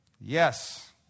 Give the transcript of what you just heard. Yes